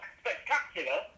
spectacular